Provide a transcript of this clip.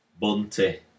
Bunty